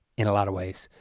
in a lot of ways.